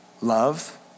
Love